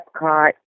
Epcot